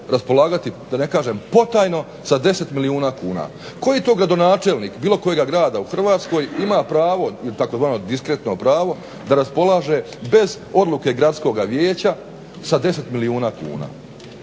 raspolagati da ne kažem potajno sa 10 milijuna kuna. Koji to gradonačelnik bilo kojega grada u Hrvatskoj ima pravo tzv. diskretno pravo da raspolaže bez odluke gradskoga vijeća sa 10 milijuna kuna.